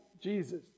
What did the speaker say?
Jesus